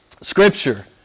Scripture